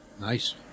Nice